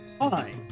Hi